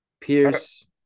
Pierce